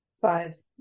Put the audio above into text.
Five